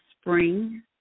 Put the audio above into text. spring